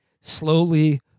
slowly